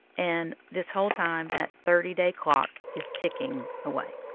and this whole time, that thirty day clock is ticking away.